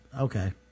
Okay